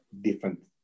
different